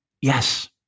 Yes